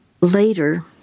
later